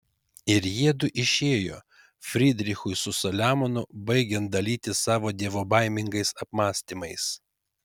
ir jiedu išėjo frydrichui su saliamonu baigiant dalytis savo dievobaimingais apmąstymais